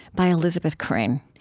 by elizabeth crane.